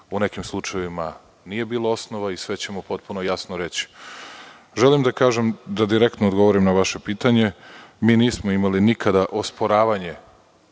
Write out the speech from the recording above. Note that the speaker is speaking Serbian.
u nekim slučajevima nije bilo osnova i sve ćemo potpuno jasno reći. Želim da direktno odgovorim na ovo vaše pitanje – mi nismo imali nikada osporavanje